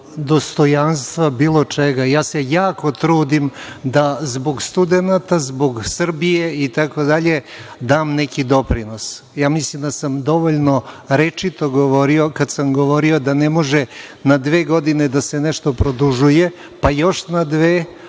svakog nivoa dostojanstva bilo čega. Ja se jako trudim da zbog studenata, zbog Srbije itd, dam neki doprinos. Mislim da sam dovoljno rečito govorio kada sam govorio da ne može na dve godine da se nešto produžuje, pa još na dve,